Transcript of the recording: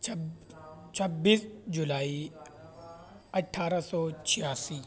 چھبیس جولائی اٹھارہ سو چھیاسی